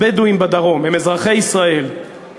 הבדואים בדרום הם אזרחי ישראל,